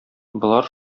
болар